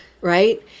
right